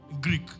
Greek